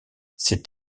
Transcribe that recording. c’est